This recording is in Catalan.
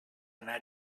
anar